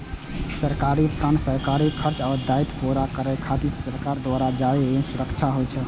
सरकारी बांड सरकारी खर्च आ दायित्व पूरा करै खातिर सरकार द्वारा जारी ऋण सुरक्षा होइ छै